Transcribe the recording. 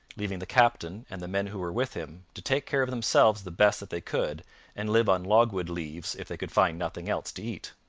leaving the captain and the men who were with him to take care of themselves the best that they could and live on logwood leaves if they could find nothing else to eat.